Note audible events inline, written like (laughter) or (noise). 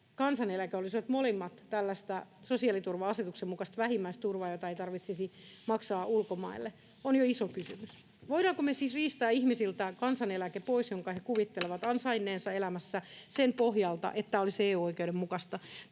kansaneläke olisivat molemmat tällaista sosiaaliturva-asetuksen mukaista vähimmäisturvaa, jota ei tarvitsisi maksaa ulkomaille, on jo iso kysymys. Voidaanko me siis riistää ihmisiltä pois kansaneläke, jonka he kuvittelevat (noise) ansainneensa elämässä, sen pohjalta, että tämä olisi EU-oikeuden mukaista?